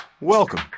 Welcome